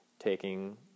taking